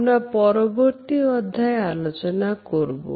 আমরা পরবর্তী অধ্যায়ে আলোচনা করব